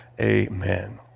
Amen